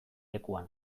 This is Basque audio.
lekuan